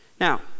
Now